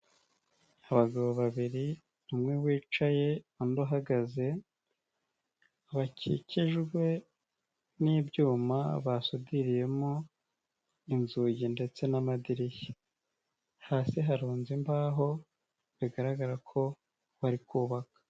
Abagabo babiri umwe wicaye, undi uhagaze, bakikijwe n'ibyuma basubiriyemo inzugi ndetse n'amadirishya, hasi harunze imbaho bigaragara ko bari kubaka.